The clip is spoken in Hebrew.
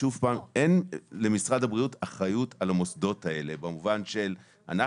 אין למשרד הבריאות אחריות על המוסדות האלה במובן שאנחנו